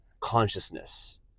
consciousness